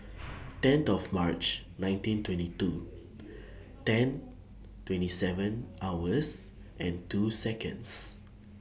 tenth of March nineteen twenty two ten twenty seven hours and two Seconds